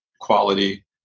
quality